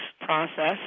process